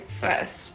first